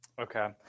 Okay